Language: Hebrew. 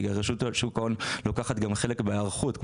רשות שוק ההון לוקחת גם חלק בהיערכות,